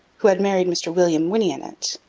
who had married mr william winniett,